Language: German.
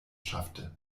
schaffte